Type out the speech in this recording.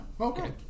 Okay